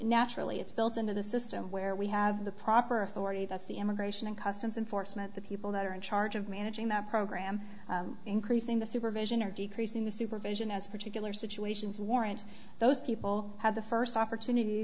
naturally it's built into the system where we have the proper authority that's the immigration and customs enforcement the people that are in charge of managing that program increasing the supervision or decreasing the supervision as particular situations warrant those people have the first opportunity